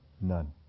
None